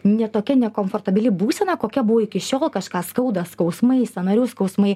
ne tokia nekomfortabili būsena kokia buvo iki šiol kažką skauda skausmai sąnarių skausmai